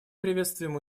приветствуем